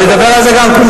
אני אדבר על זה גם כן.